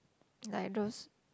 like those